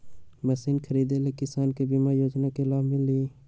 Machine खरीदे ले किसान के बीमा योजना के लाभ मिली?